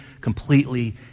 completely